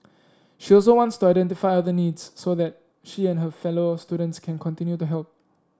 she also wants to identify other needs so that she and her fellow students can continue to help